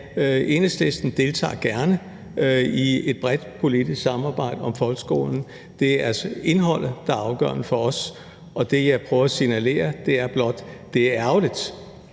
Enhedslisten deltager gerne i et bredt politisk samarbejde om folkeskolen. Det er indholdet, der er afgørende for os. Og det, jeg prøver at signalere, er blot, at